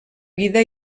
vida